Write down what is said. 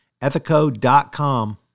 ethico.com